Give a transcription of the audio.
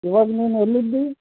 ಈವಾಗ ನೀನು ಎಲ್ಲಿದ್ದಿ